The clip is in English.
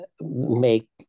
make